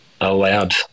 allowed